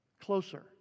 Closer